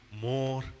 more